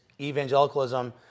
evangelicalism